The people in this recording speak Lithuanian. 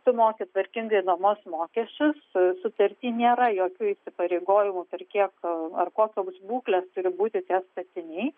tu moki tvarkingai nuomos mokesčius sutarty nėra jokių įsipareigojimų per kiek ar kokios būklės turi būti tie statiniai